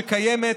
שקיימת.